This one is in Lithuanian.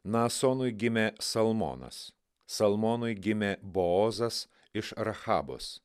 naasonui gimė salmonas salmonui gimė boozas iš rachabos